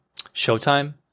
Showtime